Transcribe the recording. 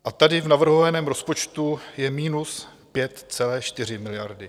A tady v navrhovaném rozpočtu je minus 5,4 miliardy.